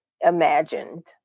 imagined